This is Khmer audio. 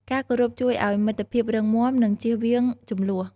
ការគោរពជួយឲ្យមិត្តភាពរឹងមាំ និងជៀសវាងជម្លោះ។